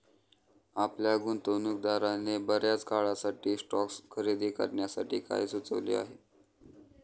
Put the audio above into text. आपल्या गुंतवणूकदाराने बर्याच काळासाठी स्टॉक्स खरेदी करण्यासाठी काय सुचविले आहे?